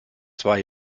zwei